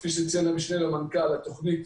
כפי שציין המשנה למנכ"ל, התוכנית,